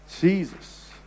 Jesus